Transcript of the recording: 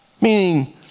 Meaning